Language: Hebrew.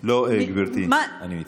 לא, גברתי, אני מצטער.